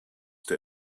der